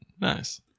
Nice